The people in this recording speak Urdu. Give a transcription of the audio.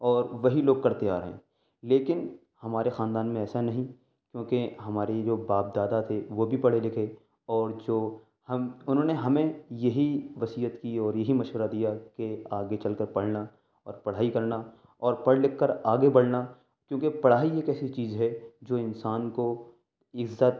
اور وہی لوگ کرتے آ رہے ہیں لیکن ہمارے خاندان میں ایسا نہیں کیونکہ ہمارے جو باپ دادا تھے وہ بھی پڑھے لکھے اور جو ہم انہوں نے ہمیں یہی وصیت کی اور یہی مشورہ دیا کہ آگے چل کر پڑھنا اور پڑھائی کرنا اور پڑھ لکھ کر آگے بڑھنا کیونکہ پڑھائی ایک ایسی چیز ہے جو انسان كو عزّت